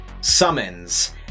summons